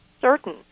certain